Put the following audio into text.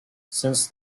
since